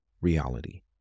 Reality